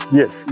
yes